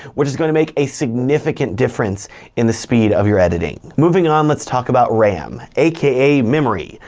which is gonna make a significant difference in the speed of your editing. moving on, let's talk about ram aka memory,